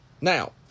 Now